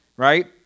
Right